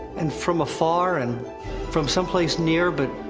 and from afar, and from someplace near, but.